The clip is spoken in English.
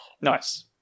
Nice